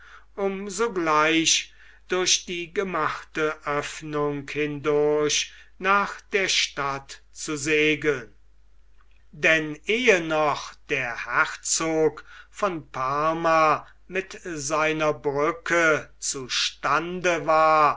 um sogleich durch die gemachte oeffnung hindurch nach der stadt zu segeln denn ehe noch der herzog von parma mit seiner brücke zu stande war